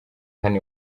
hano